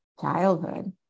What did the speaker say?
childhood